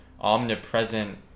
omnipresent